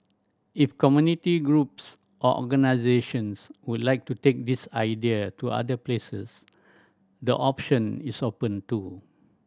if community groups or organisations would like to take this idea to other places the option is open too